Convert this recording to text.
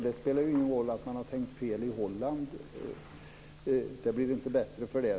Det spelar ingen roll att man har tänkt fel i Holland. Det blir inte bättre för det.